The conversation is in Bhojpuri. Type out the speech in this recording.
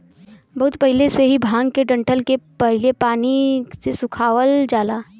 बहुत पहिले से ही भांग के डंठल के पहले पानी से सुखवावल जाला